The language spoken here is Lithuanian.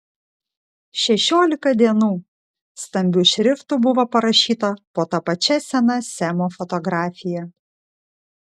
šešiolika dienų stambiu šriftu buvo parašyta po ta pačia sena semo fotografija